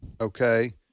okay